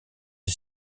des